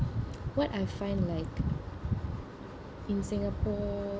what I find like in singapore